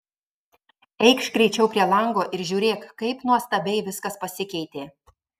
eikš greičiau prie lango ir žiūrėk kaip nuostabiai viskas pasikeitė